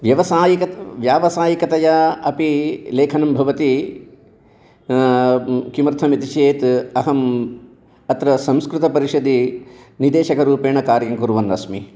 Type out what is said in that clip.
व्यवसायिकः व्यावसायिकतया अपि लेखनं भवति किमर्थम् इति चेत् अहम् अत्र संस्कृत परिषदि निर्देशकरूपेण कार्यं कुर्वन् अस्मि